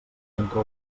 entre